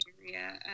area